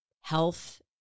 health